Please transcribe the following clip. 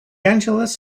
angeles